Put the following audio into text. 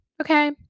Okay